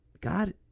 God